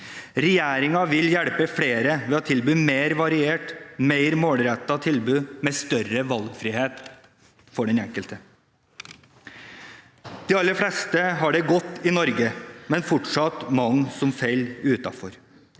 Regjeringen vil hjelpe flere ved å tilby mer varierte og mer målrettede tilbud med større valgfrihet for den enkelte. De aller fleste har det godt i Norge, men fortsatt er det mange som faller utenfor.